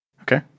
Okay